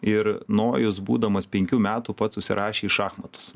ir nojus būdamas penkių metų pats užsirašė į šachmatus